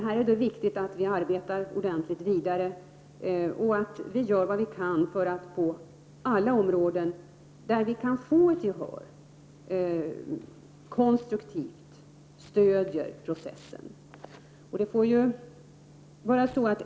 Det är viktigt att vi här arbetar vidare och gör vad vi kan för att på alla områden där det är möjligt konstruktivt stödja denna process.